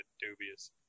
dubious